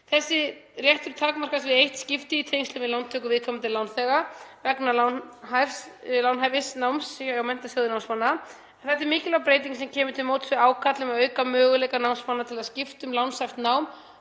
Þessi réttur takmarkast við eitt skipti í tengslum við lántöku viðkomandi lánþega vegna lánhæfs náms hjá Menntasjóði námsmanna. Þetta er mikilvæg breyting sem kemur til móts við ákall um að auka möguleika námsmanna til að skipta um lánshæft nám